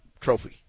trophy